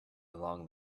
among